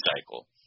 cycle